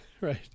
right